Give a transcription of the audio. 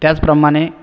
त्याचप्रमाणे